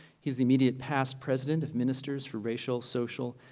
he's the immediate past president of ministers for racial, social,